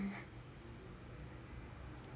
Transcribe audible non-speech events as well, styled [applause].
[laughs]